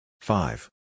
Five